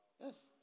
Yes